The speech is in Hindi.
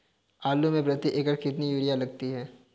आलू में प्रति एकण कितनी यूरिया लगती है?